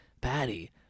patty